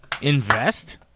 Invest